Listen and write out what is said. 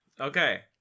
Okay